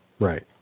Right